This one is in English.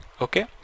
Okay